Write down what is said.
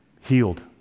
healed